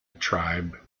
tribe